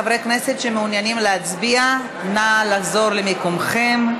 חברי כנסת שמעוניינים להצביע, נא לחזור למקומכם.